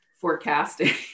forecasting